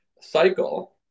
cycle